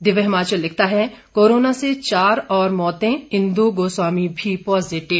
दिव्य हिमाचल लिखता है कोरोना से चार और मौतें इंदु गोस्वामी भी पॉजिटिव